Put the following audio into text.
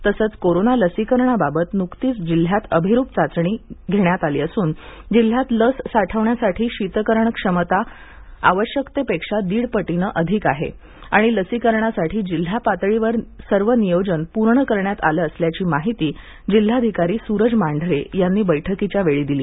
तसेच कोरोना लसीकरणाबाबत नुकतीच जिल्ह्यात अभिरुप चाचणी घेण्यात आली असून जिल्ह्यात लस साठविण्यासाठी शीतकरणीची क्षमता आवश्यतेपेक्षा दिडपटीने अधिक आहे आणि लसीकरणासाठी जिल्हापातळीवर सर्व नियोजन पूर्ण करण्यात आले असल्याची माहिती जिल्हाधिकारी सूरज मांढरे यांनी बैठकीच्या वेळी दिली